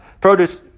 produce